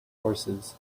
horses